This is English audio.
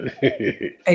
Hey